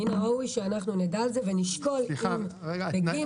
מן הראוי שאנחנו נדע על זה ונשקול האם בגין